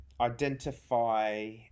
identify